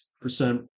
percent